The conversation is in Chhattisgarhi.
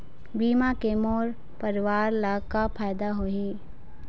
बीमा के मोर परवार ला का फायदा होही?